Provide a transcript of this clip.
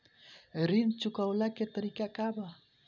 ऋण चुकव्ला के तरीका का बा?